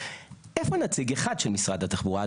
איפה נציג אחד של משרד התחבורה,